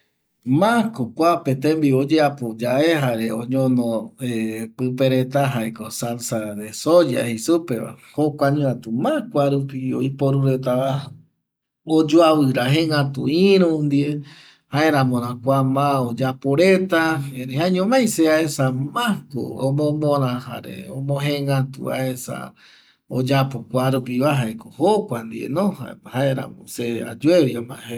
Makomkuape tembiu oyeapo yae jae jare oñono pƚpe reta jaeko salsa de soya jei supeva jokuañoatu ma kuarupi oiporu retava oyoavira jegatu iru ndie jaeramora ma kua oyapo reta erei jaeñomai se aesa mako omomora jare omojegatuva aesa kua jaeko ndieno jaermo se ayuevi amae je